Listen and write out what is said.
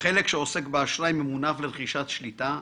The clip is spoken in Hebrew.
- בחלק שעוסק באשראי ממונף לרכישת שליטה,